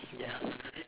ya